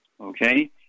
okay